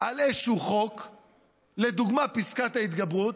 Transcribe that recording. על איזשהו חוק לדוגמה, פסקת ההתגברות,